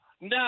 No